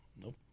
Nope